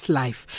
life